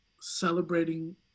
celebrating